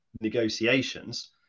negotiations